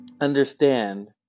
understand